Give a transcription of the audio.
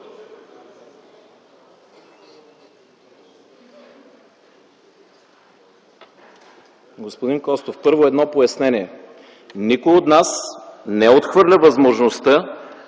Господин Костов, първо едно пояснение. Никой от нас не отхвърля възможността